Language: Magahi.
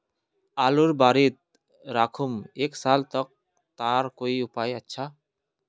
आलूर बारित राखुम एक साल तक तार कोई उपाय अच्छा?